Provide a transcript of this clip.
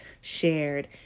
shared